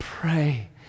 pray